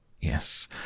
Yes